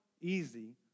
easy